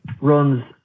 runs